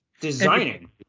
designing